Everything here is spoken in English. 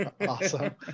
awesome